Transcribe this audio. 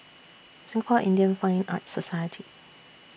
Singapore Indian Fine Arts Society